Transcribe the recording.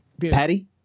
Patty